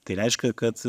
tai reiškia kad